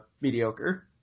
mediocre